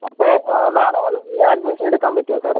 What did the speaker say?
അപ്പോൾ നാളെ വന്നുകഴിഞ്ഞാൽ അഡ്മിഷൻ എടുക്കാൻ പറ്റോ സാറെ